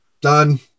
Done